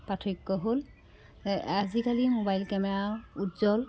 পাৰ্থক্য হ'ল আজিকালি মোবাইল কেমেৰা উজ্জ্বল